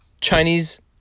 Chinese